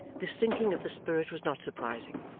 this sinking of the spirit was not surprising.